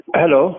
hello